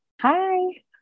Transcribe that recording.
Hi